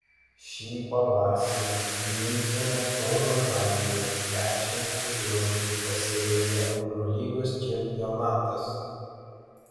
šį pavasarį miunchene kauno žalgirio krepšininkų triumfu pasibaigė eurolygos čempionatas